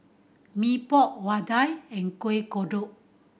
Mee Pok vadai and Kuih Kodok